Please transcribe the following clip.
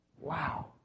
Wow